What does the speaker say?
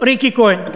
ריקי כהן,